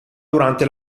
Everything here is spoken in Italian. durante